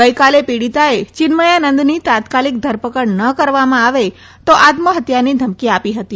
ગઈકાલે પીડીતાએ ચિન્મયાનંદની તાત્કાલિક ધરપકડ ન કરવામાં આવે તો આત્મહત્યાની ધમકી આપી હતી